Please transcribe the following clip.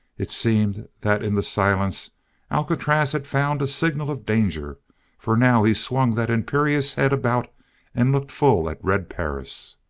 it seemed that in the silence alcatraz had found a signal of danger for now he swung that imperious head about and looked full at red perris.